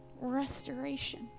restoration